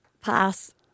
Pass